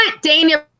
Daniel